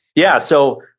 yeah, so,